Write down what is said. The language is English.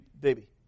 baby